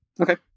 Okay